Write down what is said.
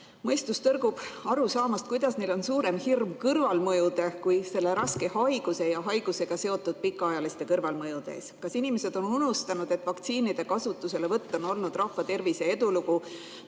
Mõistus tõrgub aru saamast, kuidas neil on kõrvalmõjude ees suurem hirm kui selle raske haiguse ja sellega seotud pikaajaliste kõrvalmõjude ees. Kas inimesed on unustanud, et vaktsiinide kasutuselevõtt on olnud rahvatervise edulugu,